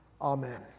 amen